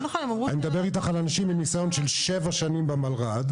אני מדבר איתך על אנשים עם ניסיון של שבע שנים במלר"ד,